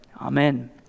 Amen